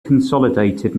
consolidated